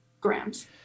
grams